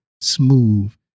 smooth